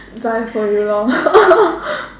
buy for you lor